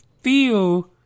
feel